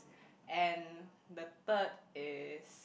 and the third is